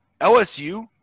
LSU